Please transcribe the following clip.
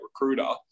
recruiter